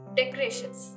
decorations